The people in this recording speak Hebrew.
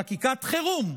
חקיקת חירום,